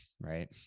right